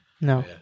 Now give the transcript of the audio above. No